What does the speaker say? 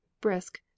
brisk